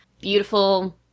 Beautiful